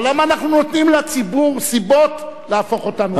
אבל למה אנחנו נותנים לציבור סיבות להפוך אותנו,